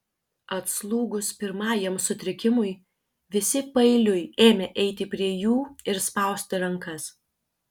atslūgus pirmajam sutrikimui visi paeiliui ėmė eiti prie jų ir spausti rankas